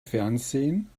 fernsehen